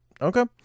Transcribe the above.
okay